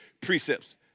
precepts